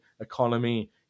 economy